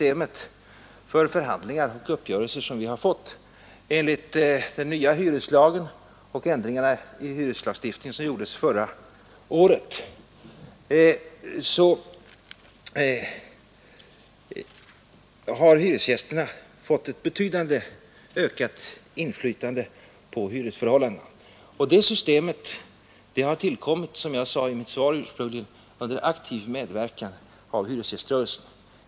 Enligt den nya hyreslagen och de ändringar i hyreslagstiftningen som gjordes förra året har hyresgästerna fått ett betydligt ökat inflytande på hyresförhållandena, och det systemet har, som jag sade i mitt svar, tillkommit under aktiv medverkan av hyresgäströrelsen.